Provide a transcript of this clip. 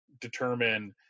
determine